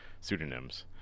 pseudonyms